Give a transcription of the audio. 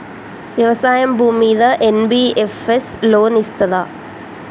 వ్యవసాయం భూమ్మీద NBFS loan ఇస్తదా?